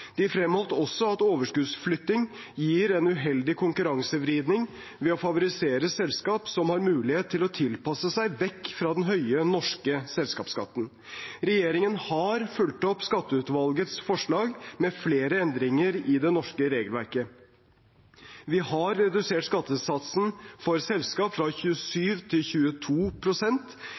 De fremholdt også at overskuddsflytting gir en uheldig konkurransevridning ved å favorisere selskap som har mulighet til å tilpasse seg vekk fra den høye norske selskapsskatten. Regjeringen har fulgt opp skatteutvalgets forslag med flere endringer i det norske regelverket. Vi har redusert skattesatsen for selskap fra 27 til